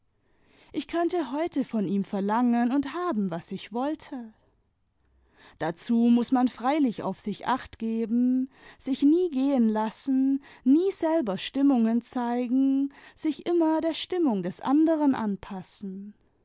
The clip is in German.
ich könnte heute von ihm verlangen und haben was ich wollte dazu muß man freilich auf sich acht geben sich nie gehen lassen nie selber stimmungen zeigen sich immer der stimmung des anderen anpassen